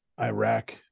Iraq